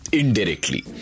indirectly